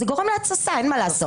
זה גורם להתססה, אין מה לעשות.